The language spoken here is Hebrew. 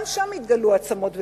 גם שם התגלו עצמות וקברים.